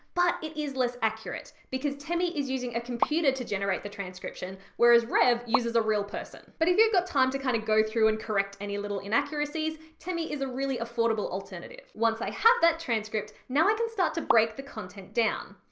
but it is less accurate, because temi is using a computer to generate the transcription, whereas rev uses a real person. but if you've got time to kind of go through and correct any little inaccuracies, temi is a really affordable alternative. once i have that transcript, now i can start to break the content down,